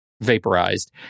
vaporized